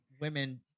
women